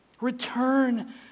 Return